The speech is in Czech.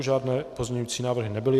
Žádné pozměňovací návrhy nebyly.